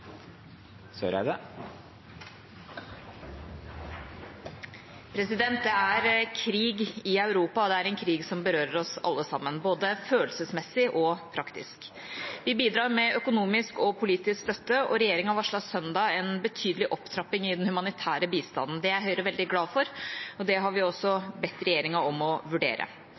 Europa, og det er en krig som berører oss alle sammen – både følelsesmessig og praktisk. Vi bidrar med økonomisk og politisk støtte, og regjeringa varslet på søndag en betydelig opptrapping i den humanitære bistanden. Det er Høyre veldig glad for, og det har vi også bedt regjeringa om å vurdere.